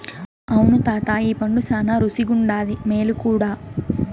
అవును తాతా ఈ పండు శానా రుసిగుండాది, మేలు కూడా